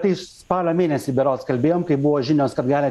tai spalio mėnesį berods kalbėjom kai buvo žinios kad gali